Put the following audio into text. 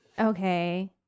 Okay